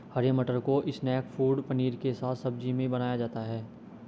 हरे मटर को snack food paneer के साथ सब्जी में बनाया जाता है